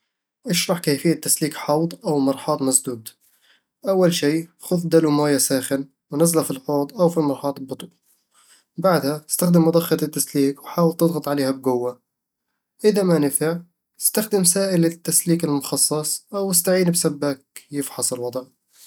اشرح كيفية تسليك حوض أو مرحاض مسدود. أول شي، خذ دلو موية ساخن ونزّله في الحوض أو المرحاض ببطء بعدها، استخدم مضخة التسليك وحاول تضغط عليها بقوة إذا ما نفع، استخدم سائل التسليك المخصص أو استعين بسباك يفحص الوضع